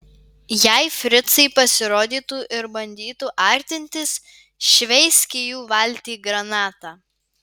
jei fricai pasirodytų ir bandytų artintis šveisk į jų valtį granatą